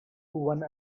one